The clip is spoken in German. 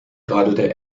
radelte